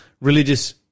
Religious